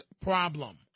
problem